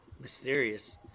mysterious